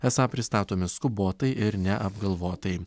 esą pristatomi skubotai ir neapgalvotai